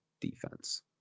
defense